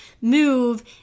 move